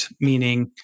meaning